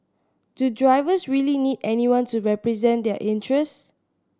do drivers really need anyone to represent their interest